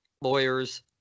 lawyers